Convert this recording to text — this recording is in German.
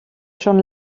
schon